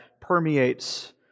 permeates